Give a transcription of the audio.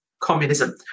communism